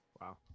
wow